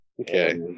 Okay